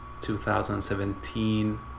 2017